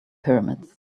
pyramids